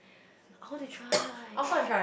I wanna try